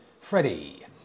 Freddie